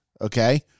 okay